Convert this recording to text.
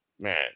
man